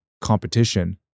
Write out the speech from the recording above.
competition